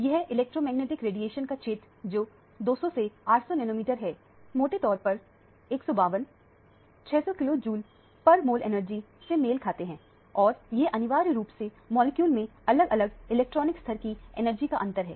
यह electromagnetic radiation का क्षेत्र जो 200 से 800 नैनोमीटर है मोटे तौर पर 152 600 किलो जूल पर मूल एनर्जी से मेल खाते हैं और यह अनिवार्य रूप से मॉलिक्यूल में अलग अलग इलेक्ट्रॉनिक स्तर की एनर्जी का अंतर है